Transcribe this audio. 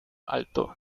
alto